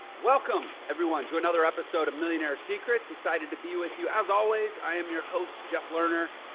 welcome everyone to another episode of millionaire secrets, excited to be with you as always. i am your host, jeff lerner,